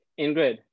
Ingrid